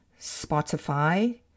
Spotify